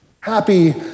Happy